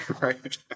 right